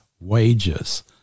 wages